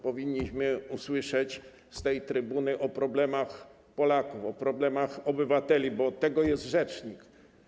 Powinniśmy usłyszeć z tej trybuny o problemach Polaków, o problemach obywateli, bo od tego jest rzecznik.